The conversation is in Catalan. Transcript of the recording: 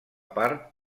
part